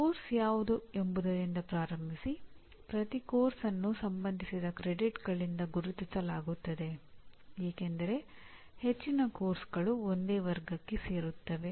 program ಅಥವಾ ಪಠ್ಯದ ಪರಿಣಾಮಗಳನ್ನು ವಿವಿಧ ಸಂದರ್ಭಗಳಲ್ಲಿ ಬರೆಯಲು ಮತ್ತು ವ್ಯಾಖ್ಯಾನಿಸಲು ನಾವು ಹಲವಾರು ಅಧಿವೇಶನಗಳನ್ನು ಮಾಡುತ್ತೇವೆ